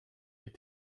est